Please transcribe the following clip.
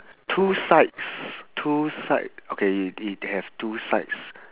two sides two side okay it it have two sides